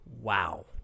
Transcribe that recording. Wow